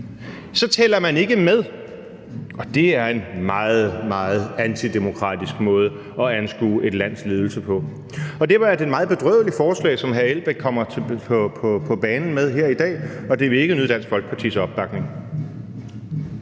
Så tæller man ikke med, og det er en meget, meget antidemokratisk måde at anskue et lands ledelse på. Derfor er det et meget bedrøveligt forslag, som hr. Uffe Elbæk kommer på banen med her i dag, og det vil ikke nyde Dansk Folkepartis opbakning.